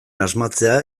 asmatzea